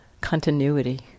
continuity